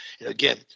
Again